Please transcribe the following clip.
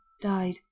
died